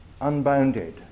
unbounded